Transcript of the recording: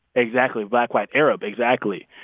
exactly. black, white, arab exactly